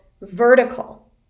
vertical